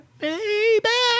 baby